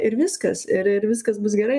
ir viskas ir ir viskas bus gerai